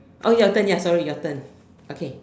oh your turn ya sorry your turn okay